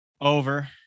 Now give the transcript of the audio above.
Over